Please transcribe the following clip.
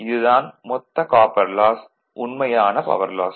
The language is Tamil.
இது தான் மொத்த காப்பர் லாஸ் உண்மையான பவர் லாஸ்